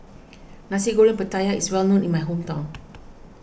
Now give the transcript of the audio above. Nasi Goreng Pattaya is well known in my hometown